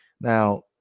Now